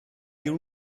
you